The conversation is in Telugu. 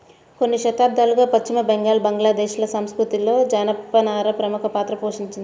కొన్ని శతాబ్దాలుగా పశ్చిమ బెంగాల్, బంగ్లాదేశ్ ల సంస్కృతిలో జనపనార ప్రముఖ పాత్ర పోషించింది